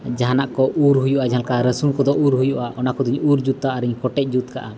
ᱡᱟᱦᱟᱱᱟᱜ ᱠᱚ ᱩᱨ ᱦᱩᱭᱩᱜᱼᱟ ᱡᱟᱦᱟᱸ ᱞᱮᱠᱟ ᱨᱟᱹᱥᱩᱱ ᱠᱚᱫᱚ ᱩᱨ ᱦᱩᱭᱩᱜᱼᱟ ᱚᱱᱟ ᱠᱚᱫᱚᱧ ᱩᱨ ᱡᱩᱛᱟ ᱟᱨᱤᱧ ᱠᱚᱴᱮᱡ ᱡᱩᱛ ᱠᱟᱜᱼᱟ